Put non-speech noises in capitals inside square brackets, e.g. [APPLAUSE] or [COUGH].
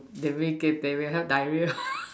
the wait get diarrhea have diarrhea [LAUGHS]